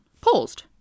paused